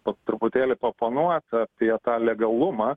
pats truputėlį paoponuot apie tą legalumą